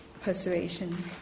persuasion